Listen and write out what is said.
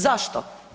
Zašto?